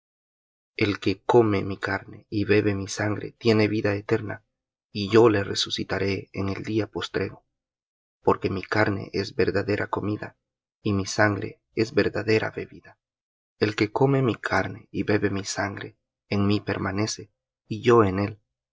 el que come mi carne y bebe mi sangre tiene vida eterna y yo le resucitaré en el día postrero porque mi carne es verdadera comida y mi sangre es verdadera bebida el que come mi carne y bebe mi sangre en mí permanece y yo en él